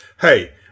Hey